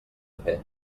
fer